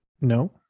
no